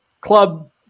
club